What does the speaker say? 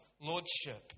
lordship